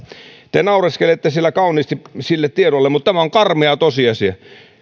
te naureskelette siellä kauniisti sille tiedolle mutta tämä on karmea tosiasia